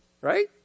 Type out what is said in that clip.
right